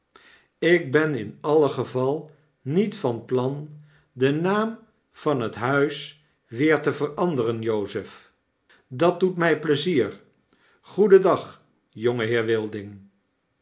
ik ben in alle geval niet van plan den naam van het huis weer te veranderen jozef dat doet my pleizier goedendag